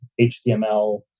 HTML